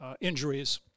Injuries